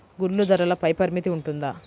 గుడ్లు ధరల పై పరిమితి ఉంటుందా?